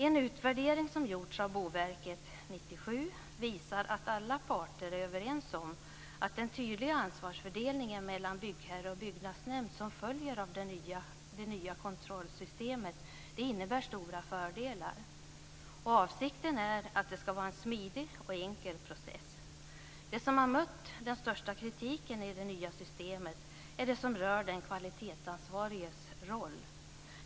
En utvärdering som gjorts av Boverket 1997 visar att alla parter är överens om att den tydliga ansvarsfördelningen mellan byggherre och byggnadsnämnd som följer av det nya kontrollsystemet innebär stora fördelar. Avsikten är att det ska vara en smidig och enkel process. Det som har mött största kritiken i det nya systemet är det som rör den kvalitetsansvariges roll.